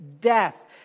death